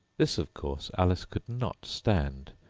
this of course, alice could not stand,